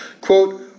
quote